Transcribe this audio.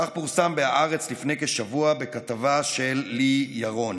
כך פורסם בהארץ לפני כשבוע בכתבתה של לי ירון.